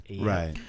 Right